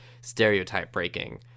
stereotype-breaking